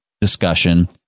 discussion